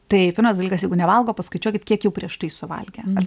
tai pirmas dalykas jeigu nevalgo paskaičiuokit kiek jau prieš tai suvalgė ar ne